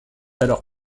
alors